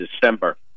December